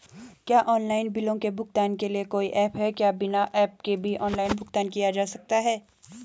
क्या ऑनलाइन बिलों के भुगतान के लिए कोई ऐप है क्या बिना ऐप के भी ऑनलाइन भुगतान किया जा सकता है?